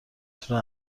طول